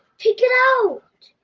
check it out